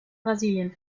brasilien